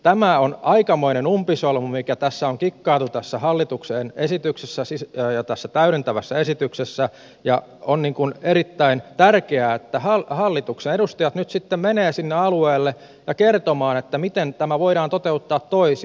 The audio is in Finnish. tämä on aikamoinen umpisolmu mikä tässä hallituksen esityksessä ja täydentävässä esityksessä on kikkailtu ja on erittäin tärkeää että hallituksessa edustajat nyt sitten menevät sinne alueelle kertomaan miten tämä voidaan toteuttaa toisin